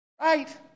Right